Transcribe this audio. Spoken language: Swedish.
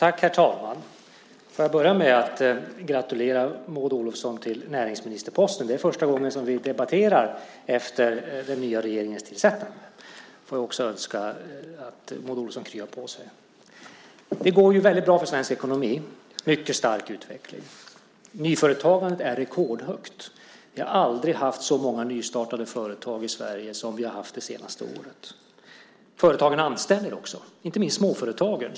Herr talman! Får jag börja med att gratulera Maud Olofsson till näringsministerposten. Det är första gången som vi debatterar sedan den nya regeringen tillträdde. Får jag också önska att Maud Olofsson kryar på sig. Det går ju väldigt bra för svensk ekonomi. Det är en mycket stark utveckling. Nyföretagandet är rekordhögt. Vi har aldrig haft så många nystartade företag i Sverige som vi har haft det senaste året. Företagen anställer också, inte minst småföretagen.